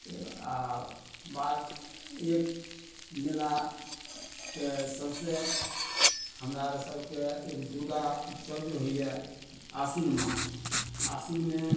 एक आब बात एक मेला तऽ सबसँ हमरा रऽ सबके एगो दुर्गा उत्सव जे होइए आसीन मास आसीनमे